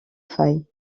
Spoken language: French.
faille